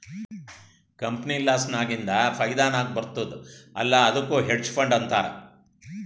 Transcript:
company loss ನಾಗಿಂದ್ ಫೈದಾ ನಾಗ್ ಬರ್ತುದ್ ಅಲ್ಲಾ ಅದ್ದುಕ್ ಹೆಡ್ಜ್ ಫಂಡ್ ಅಂತಾರ್